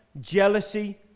jealousy